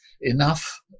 enough